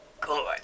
good